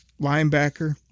linebacker